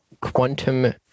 quantum